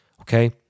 Okay